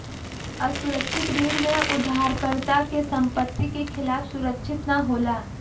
असुरक्षित ऋण में उधारकर्ता के संपत्ति के खिलाफ सुरक्षित ना होला